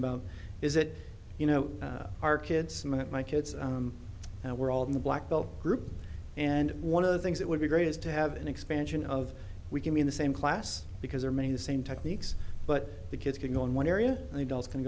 about is that you know our kids and that my kids and we're all in the black belt group and one of the things that would be great is to have an expansion of we can be in the same class because they're making the same techniques but the kids can go in one area and the